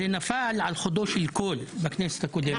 אבל זה נפל על חודו של קול בכנסת הקודמת,